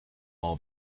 all